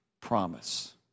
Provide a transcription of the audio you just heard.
promise